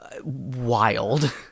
Wild